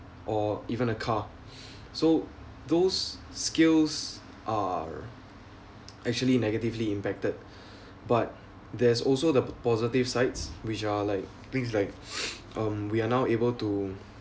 or even a car so those skills are actually negatively impacted but there's also the positive sides which are like things like um we are now able to